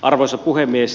arvoisa puhemies